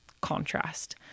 contrast